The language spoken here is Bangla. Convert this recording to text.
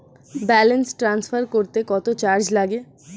ব্যালেন্স ট্রান্সফার করতে কত চার্জ লাগে?